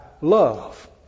love